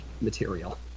material